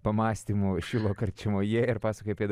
pamąstymų šilo karčiamoje ir pasakojai apie